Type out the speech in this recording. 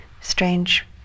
strange